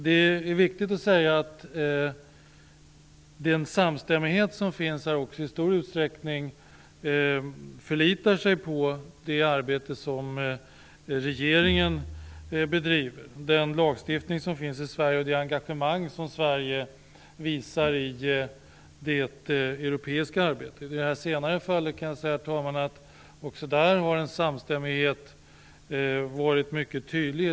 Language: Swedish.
Det är viktigt att säga att den samstämmighet som finns i stor utsträckning förlitar sig på det arbete som regeringen bedriver, den lagstiftning som finns i Sverige och det engagemang som Sverige visar i det europeiska arbetet. Herr talman! Jag kan säga att också i det senare fallet har en samstämmighet varit mycket tydlig.